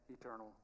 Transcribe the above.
eternal